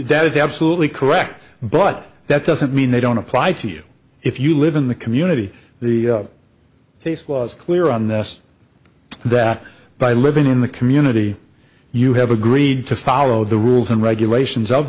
that is absolutely correct but that doesn't mean they don't apply to you if you live in the community the case was clear on this that by living in the community you have agreed to follow the rules and regulations of